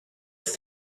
have